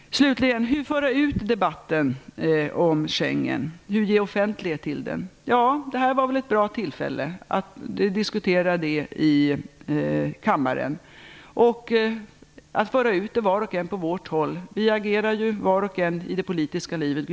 Slutligen: hur föra ut debatten om Schengen och ge offentlighet åt den? Ja, att diskutera frågan i kammaren var väl ett bra tillfälle. Vi kan var och en föra ut den. Gudrun Schyman och jag agerar ju på var sitt håll i det politiska livet.